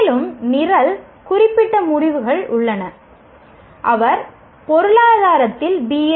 மேலும் நிரல் குறிப்பிட்ட முடிவுகள் உள்ளன அவர் பொருளாதாரத்தில் பி